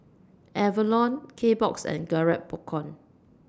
Avalon Kbox and Garrett Popcorn